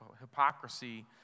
hypocrisy